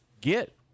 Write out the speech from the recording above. get